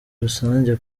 rusange